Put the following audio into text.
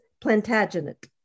Plantagenet